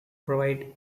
provide